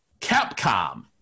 Capcom